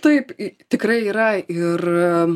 taip tikrai yra ir